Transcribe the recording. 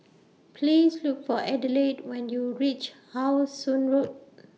Please Look For Adelaide when YOU REACH How Sun Road